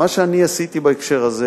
מה שאני עשיתי בהקשר הזה,